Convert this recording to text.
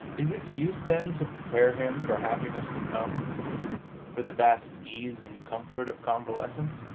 is its use, then, to prepare him for happiness to come for the vast ease and comfort of convalescence?